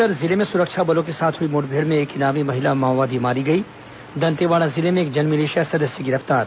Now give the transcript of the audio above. बस्तर जिले में सुरक्षा बलों के साथ हुई मुठभेड़ में एक इनामी महिला माओवादी मारी गई दंतेवाड़ा जिले में एक जनमिलिशिया सदस्य गिरफ्तार